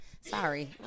sorry